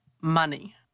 Money